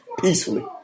Peacefully